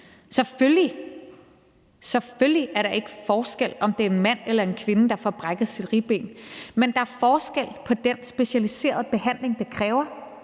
Selvfølgelig er der ikke forskel på, om det er en mand eller en kvinde, der får brækket sit ribben, men der er forskel på den specialiserede behandling, det kræver.